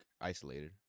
isolated